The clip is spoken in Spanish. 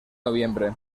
noviembre